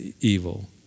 evil